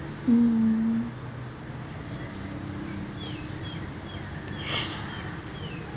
mm